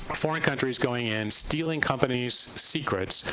foreign countries going in, stealing companies' secrets,